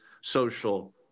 social